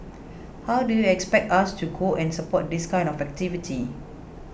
how do you expect us to go and support this kind of activity